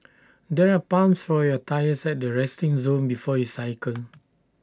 there are pumps for your tyres at the resting zone before you cycle